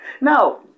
Now